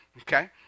okay